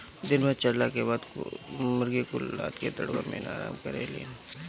दिन भर चरला के बाद मुर्गी कुल रात क दड़बा मेन आराम करेलिन